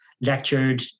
lectured